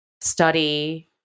study